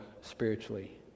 spiritually